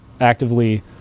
actively